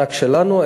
הארנק שלנו,